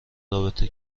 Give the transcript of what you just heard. رابطه